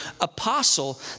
apostle